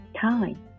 time